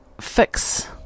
fix